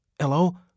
Hello